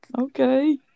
Okay